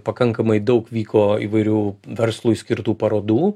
pakankamai daug vyko įvairių verslui skirtų parodų